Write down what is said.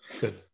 Good